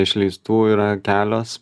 išleistų yra kelios